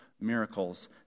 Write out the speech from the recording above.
miracles